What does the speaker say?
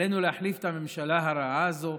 עלינו להחליף את הממשלה הרעה הזו,